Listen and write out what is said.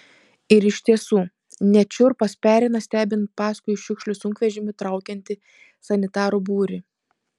ir iš tiesų net šiurpas pereina stebint paskui šiukšlių sunkvežimį traukiantį sanitarų būrį